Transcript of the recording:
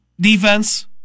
defense